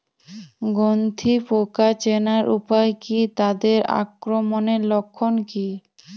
গন্ধি পোকা চেনার উপায় কী তাদের আক্রমণের লক্ষণ কী?